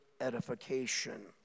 edification